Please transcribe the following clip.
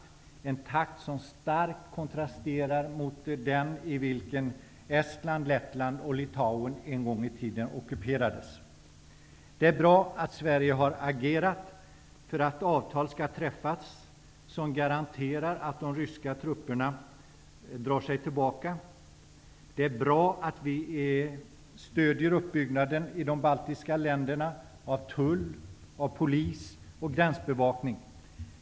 Det är en takt som starkt kontrasterar mot den i vilken Estland, Lettland och Litauen en gång i tiden ockuperades. Det är bra att Sverige har agerat för att avtal skall träffas som garanterar de ryska truppernas tillbakadragande. Det är bra att vi stödjer uppbyggnaden i de baltiska länderna av tull, polis och gränsbevakning.